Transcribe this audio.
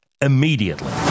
immediately